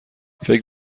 فکر